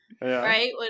Right